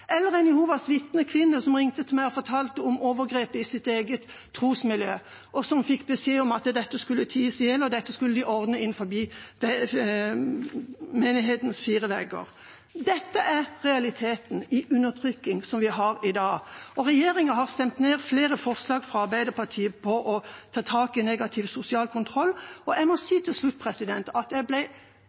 ringte meg og fortalte om overgrep i sitt eget trosmiljø. Hun fikk beskjed om at dette skulle ties i hjel, og at dette skulle de ordne innenfor menighetens fire vegger. Dette er realiteten i undertrykking som vi har i dag, og regjeringa har stemt ned flere forslag fra Arbeiderpartiet om å ta tak i negativ sosial kontroll. Til slutt må jeg si at jeg ble veldig skuffet da jeg